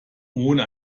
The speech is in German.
ohne